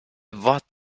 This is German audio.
wort